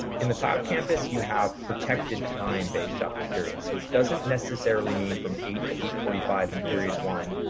in the cloud campus you have protected time based off your periods. so it doesn't necessarily mean from eight zero to eight forty five in period one,